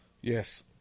Yes